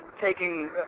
taking